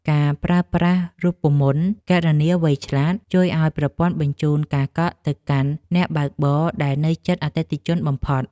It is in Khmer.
ការប្រើប្រាស់រូបមន្តគណនាវៃឆ្លាត ជួយឱ្យប្រព័ន្ធបញ្ជូនការកក់ទៅកាន់អ្នកបើកបរដែលនៅជិតអតិថិជនបំផុត។